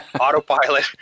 autopilot